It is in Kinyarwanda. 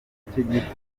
akenshi